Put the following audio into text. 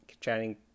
chatting